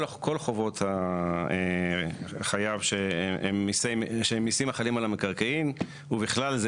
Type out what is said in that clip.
כל חובות החייב שהם מיסים החלים על המקרקעין ובכלל זה,